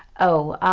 oh,